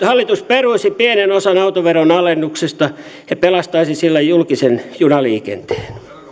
hallitus peruisi pienen osan autoveron alennuksesta ja pelastaisi sillä julkisen junaliikenteen